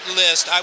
list